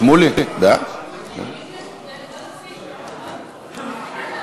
(ביטול קובלנה), התשע"ו 2016,